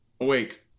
awake